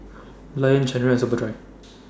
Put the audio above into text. Lion Chanira Superdry